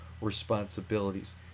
responsibilities